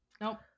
nope